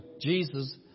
Jesus